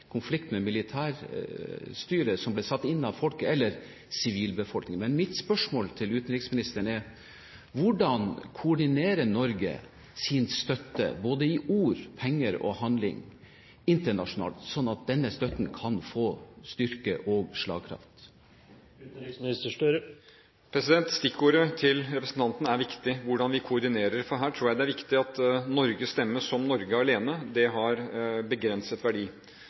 med militærstyret som ble satt inn av folket, eller sivilbefolkningen. Mitt spørsmål til utenriksministeren er: Hvordan koordinerer Norge sin støtte i både ord, penger og handling, internasjonalt, slik at denne støtten kan få styrke og slagkraft? Stikkordet til representanten Kristiansen er viktig – hvordan vi koordinerer – for her tror jeg det er viktig å huske at Norges stemme, som Norge alene, har begrenset verdi.